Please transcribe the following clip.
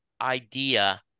idea